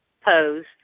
pose